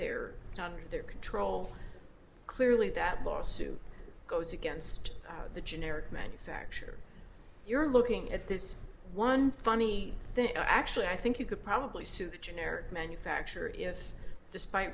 under their control clearly that lawsuit goes against the generic manufacture you're looking at this one funny thing actually i think you could probably sue the generic manufacturer if despite